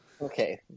Okay